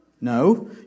No